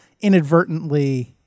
inadvertently